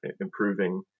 improving